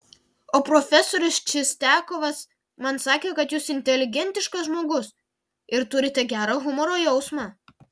o profesorius čistiakovas man sakė kad jūs inteligentiškas žmogus ir turite gerą humoro jausmą